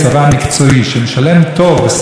ושכר טוב והגון לחייל,